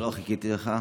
לא, חיכיתי לך.